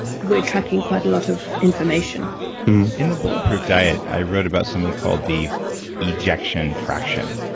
we're tracking quite a lot of information in the bulletproof diet, i wrote about something called the ejection fraction.